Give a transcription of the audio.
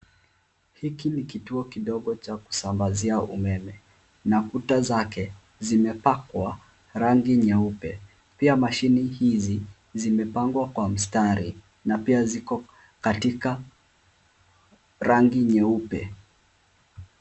Hiki ni kituo kidogo cha kusambazi umeme na kuta zake zimepakwa rangi nyeupe. Pia mashini hizi zimepangwa kwa mstari na pia ziko katika rangi nyeupe.